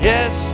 Yes